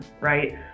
right